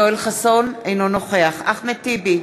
אינו נוכח אחמד טיבי,